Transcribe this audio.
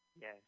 Yes